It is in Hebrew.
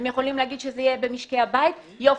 אתם יכולים להגיד שזה יהיה במשקי הבית יופי,